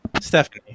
Stephanie